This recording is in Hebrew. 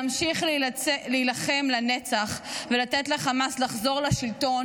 להמשיך להילחם לנצח ולתת לחמאס לחזור לשלטון